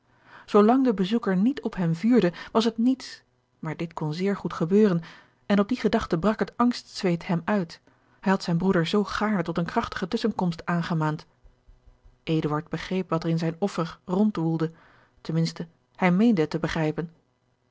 zoolang de bezoeker niet op hem vuurde was het niets maar dit kon zeer goed gebeuren en op die gedachte brak het angstzweet hem uit hij had zijn broeder zoo gaarne tot een krachtige tusschenkomst aangemaand eduard begreep wat er in zijn offer rondwoelde ten minste hij meende het te begrijpen